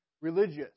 religious